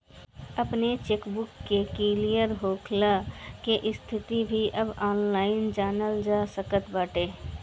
आपन चेकबुक के क्लियर होखला के स्थिति भी अब ऑनलाइन जनल जा सकत बाटे